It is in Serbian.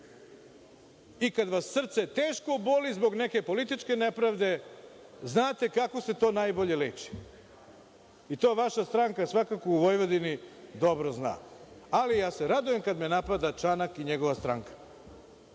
i kada vas srce teško boli zbog neke političke nepravde, znate kako se to najbolje leči i to vaša stranka svakako u Vojvodini dobro zna. Ja se radujem kada me napada Čanak i njegova stranka,